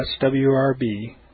swrb